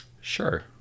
Sure